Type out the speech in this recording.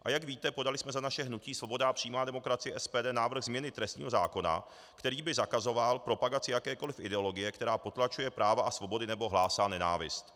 A jak víte, podali jsme za naše hnutí Svoboda a přímá demokracie, SPD, návrh změny trestního zákona, který by zakazoval propagaci jakékoli ideologie, která potlačuje práva a svobody nebo hlásí nenávist.